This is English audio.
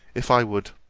if i would.